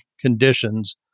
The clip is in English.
conditions